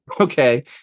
okay